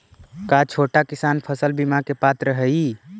का छोटा किसान फसल बीमा के पात्र हई?